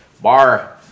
Bar